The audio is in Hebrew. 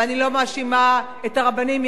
ואני לא מאשימה את הרבנים,